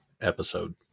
episode